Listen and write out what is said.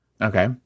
Okay